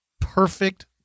perfect